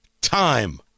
time